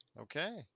Okay